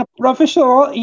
professional